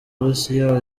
burusiya